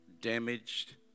damaged